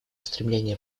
стремление